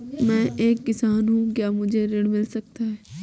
मैं एक किसान हूँ क्या मुझे ऋण मिल सकता है?